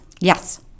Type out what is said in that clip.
Yes